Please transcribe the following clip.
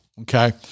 Okay